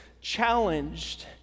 challenged